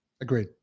Agreed